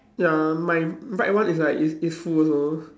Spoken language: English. ya my right one is like is is full also